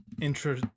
intro